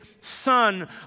son